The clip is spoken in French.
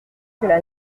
que